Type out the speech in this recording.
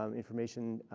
um information